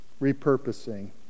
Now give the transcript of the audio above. repurposing